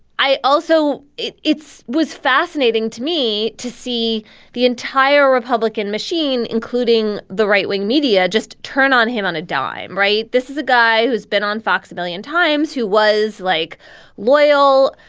i also it's was fascinating to me to see the entire republican machine, including the right wing media, just turn on him on a dime. right. this is a guy who's been on fox a million times, who was like loyal,